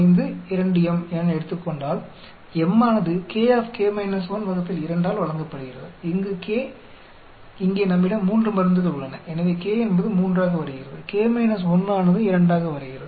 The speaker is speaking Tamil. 05 2 m என எடுத்துக் கொண்டால் m ஆனது ஆல் வழங்கப்படுகிறது இங்கு k இங்கே நம்மிடம் 3 மருந்துகள் உள்ளன எனவே k என்பது 3 ஆக வருகிறது k 1 ஆனது 2 ஆக வருகிறது